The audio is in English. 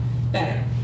better